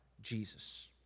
Jesus